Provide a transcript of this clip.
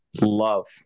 love